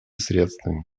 средствами